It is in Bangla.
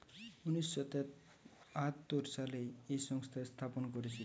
উনিশ শ তেয়াত্তর সালে এই সংস্থা স্থাপন করেছিল